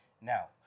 Now